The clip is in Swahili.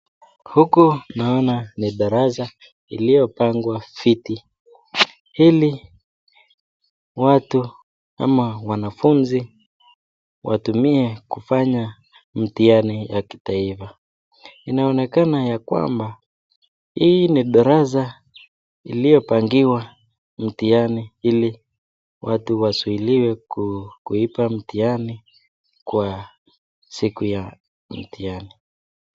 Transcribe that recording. Huku naona ni darasa iliyopangwa viti, ili watu ama wanafunzi watumie kufanya mtihani ya kitaifa. Inaonekana ya kwamba, hii ni darasa iliyopangiwa mtihani ili watu wazuhiliwe kuiba mtihani kwa siku ya mtihani.